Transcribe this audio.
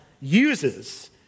uses